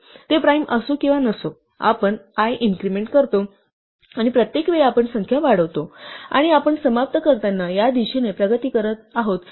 ते प्राइम असो वा नसो आपण i increment करतो आणि प्रत्येक वेळी आपण संख्या वाढवतो आणि आपण समाप्त करताना या दिशेने प्रगती करत आहोत